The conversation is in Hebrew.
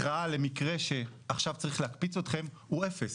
התראה למקרה שעכשיו צריך להקפיץ אתכם, הוא אפס.